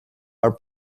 are